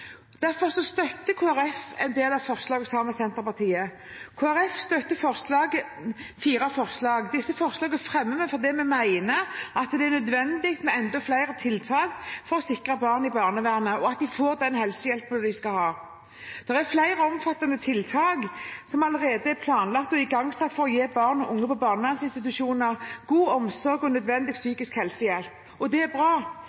Derfor støtter Kristelig Folkeparti og er med i fire av forslagene fra Senterpartiet. Disse forslagene fremmer vi fordi vi mener det er nødvendig med enda flere tiltak for å sikre barn i barnevernet og at de får den helsehjelpen de skal ha. Det er flere omfattende tiltak som allerede er planlagt og igangsatt for å gi barn og unge på barnevernsinstitusjoner god omsorg og nødvendig psykisk helsehjelp. Det er bra,